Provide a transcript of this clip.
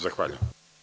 Zahvaljujem.